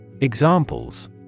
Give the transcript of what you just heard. Examples